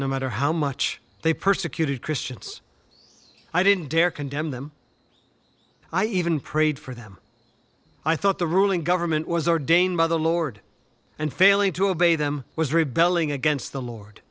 no matter how much they persecuted christians i didn't dare condemn them i even prayed for them i thought the ruling government was ordained by the lord and failing to abate them was rebelling against the lord